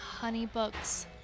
HoneyBooks